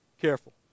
careful